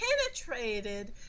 penetrated